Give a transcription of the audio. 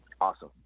Awesome